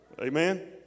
Amen